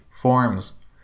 forms